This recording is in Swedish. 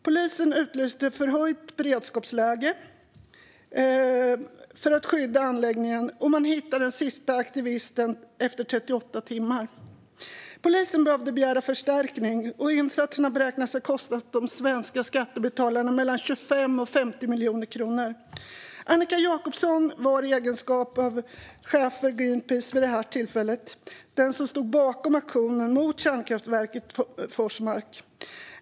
Polisen utlyste förhöjt beredskapsläge för att skydda anläggningen, och man hittade den sista aktivisten efter 38 timmar. Polisen behövde begära förstärkning, och insatserna beräknades ha kostat de svenska skattebetalarna mellan 25 och 50 miljoner kronor. Annika Jacobson var i egenskap av chef för Greenpeace vid detta tillfälle den som stod bakom aktionen mot Forsmarks kärnkraftverk.